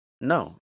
no